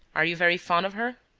are you very fond of her?